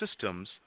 systems